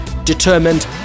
determined